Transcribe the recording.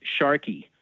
Sharky